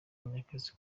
munyakazi